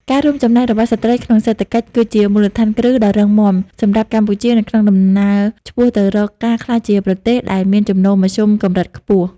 ការរួមចំណែករបស់ស្ត្រីក្នុងសេដ្ឋកិច្ច គឺជាមូលដ្ឋានគ្រឹះដ៏រឹងមាំសម្រាប់កម្ពុជានៅក្នុងដំណើរឆ្ពោះទៅរកការក្លាយជាប្រទេសដែលមានចំណូលមធ្យមកម្រិតខ្ពស់។